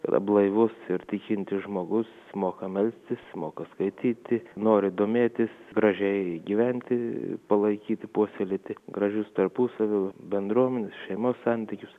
tai yra blaivus ir tikintis žmogus moka melstis moka skaityti nori domėtis gražiai gyventi palaikyti puoselėti gražius tarpusavio bendruomenių šeimos santykius